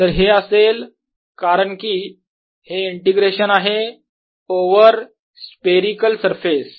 तर हे असेल कारण की हे इंटिग्रेशन आहे ओवर स्फेरिकल सरफेस